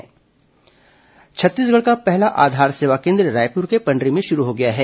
आधार केन्द्र छत्तीसगढ़ का पहला आधार सेवा केन्द्र रायपुर के पंडरी में शुरू हो गया है